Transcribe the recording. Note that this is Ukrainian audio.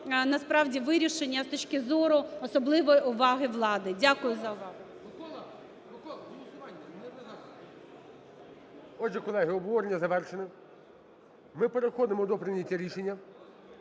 насправді вирішення з точки зору особливої уваги влади. Дякую за увагу.